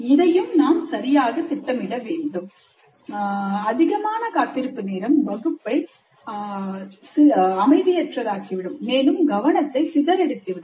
இங்கும் நாம் சரியாக திட்டமிட வேண்டும் அதிகமான காத்திருப்பு நேரம் வகுப்பை அமைதியற்றதாக்கிவிடும் மேலும் கவனத்தை சிதறடித்து விடும்